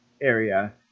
area